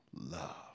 love